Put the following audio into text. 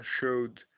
showed